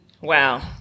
Wow